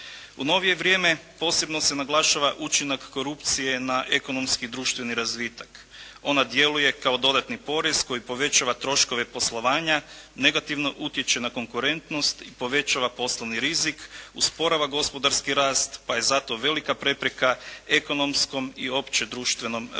U novije vrijeme posebno se naglašava učinak korupcije na ekonomski društveni razvitak. Ona djeluje kao dodatni porez koji povećava troškove poslovanja, negativno utječe na konkurentnost i povećava poslovni rizik, usporava gospodarski rast, pa je zato velika prepreka ekonomskom i opće društvenom razvitku.